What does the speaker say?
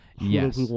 Yes